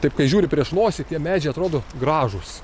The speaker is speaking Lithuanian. tiktai žiūri prieš nosį tie medžiai atrodo gražūs